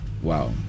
Wow